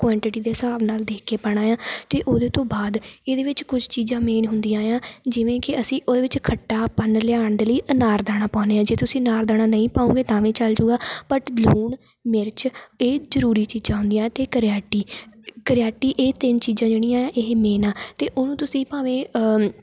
quantity ਦੇ ਹਿਸਾਬ ਨਾਲ ਦੇਖ ਕੇ ਪਾਉਣਾ ਹੈ ਅਤੇ ਉਹਦੇ ਤੋਂ ਬਾਅਦ ਇਹਦੇ ਵਿੱਚ ਕੁਛ ਚੀਜ਼ਾਂ ਮੇਨ ਹੁੰਦੀਆਂ ਹੈ ਜਿਵੇਂ ਕਿ ਅਸੀਂ ਉਹਦੇ ਵਿੱਚ ਖੱਟਾਪਨ ਲਿਆਉਣ ਦੇ ਲਈ ਅਨਾਰਦਾਣਾ ਪਾਉਂਦੇ ਹਾਂ ਜੇ ਤੁਸੀਂ ਅਨਾਰਦਾਣਾ ਨਹੀਂ ਪਾਓਗੇ ਤਾਂ ਵੀ ਚੱਲ ਜਾਊਗਾ ਬਟ ਲੂਣ ਮਿਰਚ ਇਹ ਜ਼ਰੂਰੀ ਚੀਜ਼ਾਂ ਹੁੰਦੀਆਂ ਅਤੇ ਕਰਿਆਟੀ ਕਰਿਆਟੀ ਇਹ ਤਿੰਨ ਚੀਜ਼ਾਂ ਜਿਹੜੀਆਂ ਇਹ ਮੇਨ ਆ ਅਤੇ ਉਹਨੂੰ ਤੁਸੀਂ ਭਾਵੇਂ